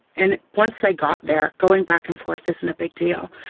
and once they got there, going back and forth isn't a big deal.